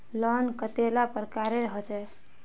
Loan कतेला प्रकारेर होचे?